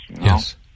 Yes